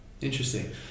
Interesting